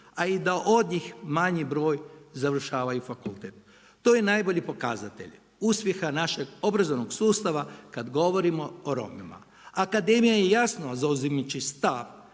a da i od njih manji broj završavaju fakultet. To je najbolji pokazatelj uspjeha našeg obrazovanog sustava kad govorimo o Romima. Akademija je jasno, zauzimajući stav,